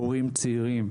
הורים צעירים,